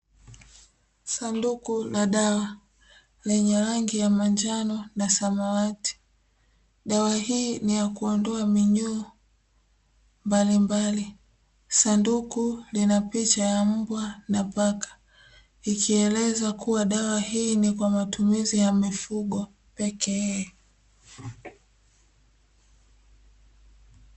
Sanduku la dawa lenye rangi ya manjano na samawati. Dawa hii ni yakuondoa minyoo mbalimbali. Sanduku lina picha ya Mbwa na paka, ikielezwa kuwa dawa hii ni kwa matumizi ya mifugo pekee.